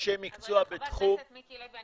אנשי מקצוע בתחום -- חבר הכנסת מיקי לוי,